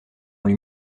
dans